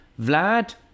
Vlad